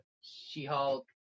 She-Hulk